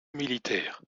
militaire